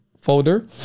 folder